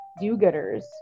do-gooders